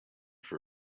for